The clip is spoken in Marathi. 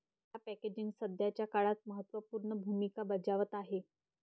चहा पॅकेजिंग सध्याच्या काळात महत्त्व पूर्ण भूमिका बजावत आहे